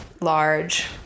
large